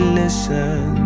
listen